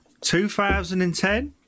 2010